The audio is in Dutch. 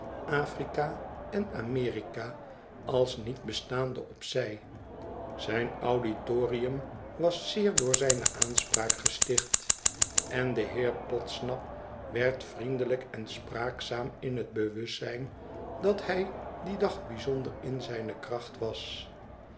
afrika en amerika als niet bestaande op zij zijn auditorium was zeer door zijne aanspraak gesticht en de heer podsnap werd vriendelijk en spraakzaam in het bewustzijn dat hij dien dag bijzonder in zijne kracht was